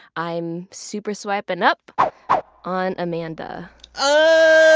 i'm super swiping up on amanda. oh!